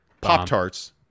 Pop-Tarts